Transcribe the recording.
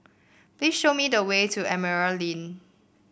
please show me the way to Emerald Link